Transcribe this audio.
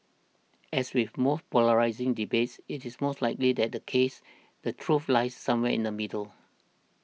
as with most polarising debates it is most likely that the case the truth lies somewhere the middle